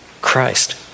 Christ